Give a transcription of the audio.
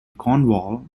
cornwall